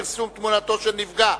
פרסום תמונתו של נפגע),